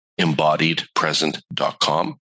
embodiedpresent.com